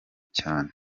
cyane